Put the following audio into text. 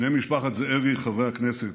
בני משפחת זאבי, חברי הכנסת,